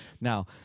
Now